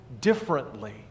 differently